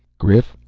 grif,